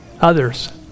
Others